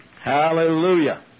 Hallelujah